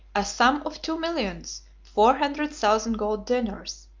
a sum of two millions four hundred thousand gold dinars,